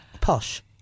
posh